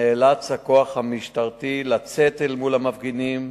נאלץ הכוח המשטרתי לצאת אל מול המפגינים,